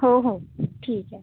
हो हो ठीक आहे